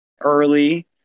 early